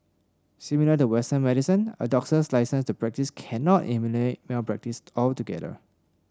similar to Western medicine a doctor's licence to practise cannot eliminate malpractice altogether